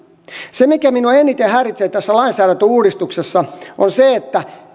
se mikä minua eniten häiritsee tässä lainsäädäntöuudistuksessa on se